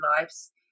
lives